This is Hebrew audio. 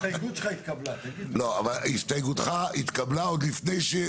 לא, אבל הסתייגותך התקבלה עוד לפני.